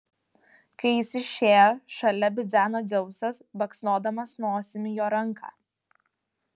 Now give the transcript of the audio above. kai jis išėjo šalia bidzeno dzeusas baksnodamas nosimi jo ranką